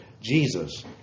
Jesus